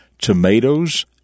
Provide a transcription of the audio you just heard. tomatoes